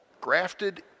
grafted